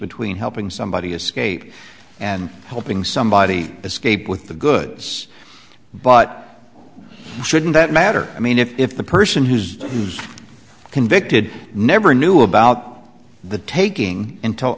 between helping somebody escape and helping somebody escape with the goods but shouldn't that matter i mean if the person who's the who's convicted never knew about the taking until